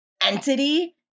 entity